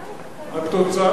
חוטובלי, עם בי"ת לא דגושה.